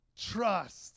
Trust